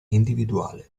individuale